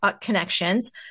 connections